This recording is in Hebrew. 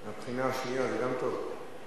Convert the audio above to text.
מהבחינה השנייה, זה גם טוב.